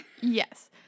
yes